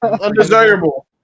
undesirable